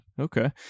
Okay